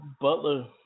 Butler